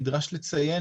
נדרש לציין